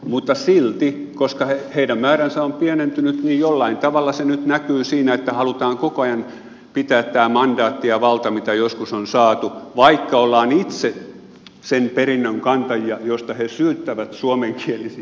mutta silti koska heidän määränsä on pienentynyt jollain tavalla se nyt näkyy siinä että halutaan koko ajan pitää tämä mandaatti ja valta mitä joskus on saatu vaikka ollaan itse sen perinnön kantajia josta he syyttävät suomenkielisiä